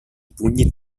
pugni